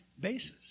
basis